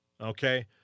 Okay